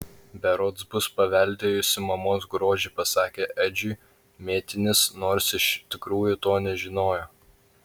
berods bus paveldėjusi mamos grožį pasakė edžiui mėtinis nors iš tikrųjų to nežinojo